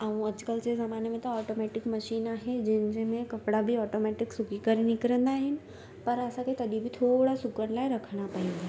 ऐं अॼुकल्ह जे ज़माने में त ऑटोमेटिक मशीन आहे जंहिंजे में कपिड़ा बि ऑटोमेटिक सुकी करे निकिरंदा आहिनि पर असांखे तॾहिं बि थोरा सुकण लाइ रखणा पवंदा आहिनि